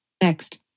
Next